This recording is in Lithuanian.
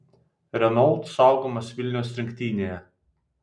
renault saugomas vilniaus rinktinėje